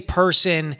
person